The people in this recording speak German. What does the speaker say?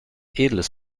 edles